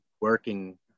working